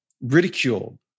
ridicule